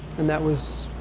and that was,